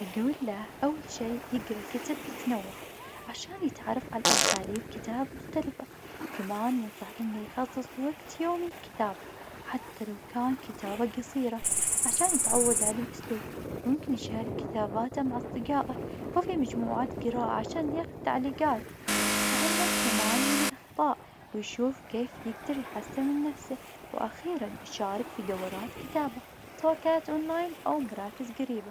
أقوله أول شي, يقرا كتبت متنوعة, عشان يتعارف عالأاساليب كتاب مختلفة, كمان ينصح إنه يخصص وقت يومي للكتابة, حتى لو كان كتابة قصيرة, عشان يتعود على الأسلوب, ممكن يشارك كتاباته مع أصدقائه, و في مجموعات قراءة, عشان ياخد تعليقات, يتعلم كمان من الاخطاء, ويشوف كيف يقدر يحسن من نفسه, وأخيراً, يشارك في دورات كتابة, سواء كانت أون لاين أو مراكز قريبة.